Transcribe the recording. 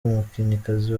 umukinnyikazi